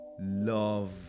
love